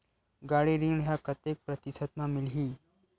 गाड़ी ऋण ह कतेक प्रतिशत म मिलही?